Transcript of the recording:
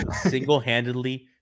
single-handedly